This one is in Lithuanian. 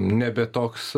nebe toks